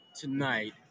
tonight –